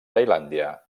tailàndia